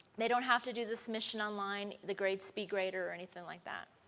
they don't have to do the submission online, the grades b grade or anything like that.